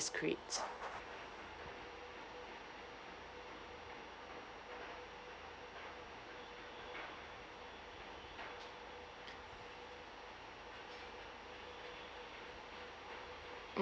discreet mm